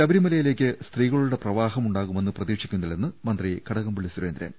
ശബരിമലയിലേക്ക് സ്ത്രീകളുടെ പ്രവാഹം ഉണ്ടാകുമെന്ന് പ്രതീക്ഷിക്കുന്നില്ലെന്ന് മന്ത്രി കടകംപള്ളി സുരേന്ദ്രൻ